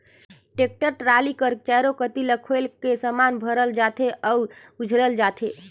tractor trolley कर चाएरो कती ल खोएल के समान भरल जाथे अउ उझलल जाथे